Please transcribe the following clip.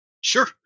Sure